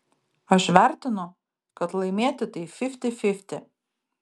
aš vertinu kad laimėti tai fifty fifty